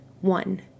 one